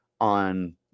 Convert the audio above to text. on